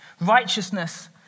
Righteousness